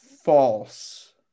false